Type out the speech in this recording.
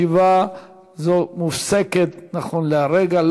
ישיבה זו מופסקת נכון לרגע זה.